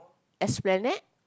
Esplanade